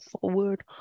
forward